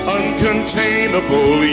uncontainable